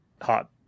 hot